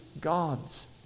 God's